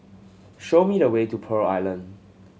show me the way to Pearl Island